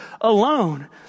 alone